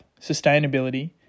sustainability